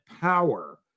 power